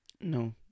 No